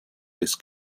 this